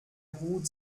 hut